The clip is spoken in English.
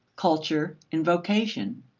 culture and vocation.